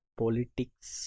politics